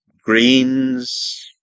Greens